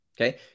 Okay